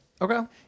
Okay